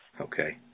Okay